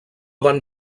van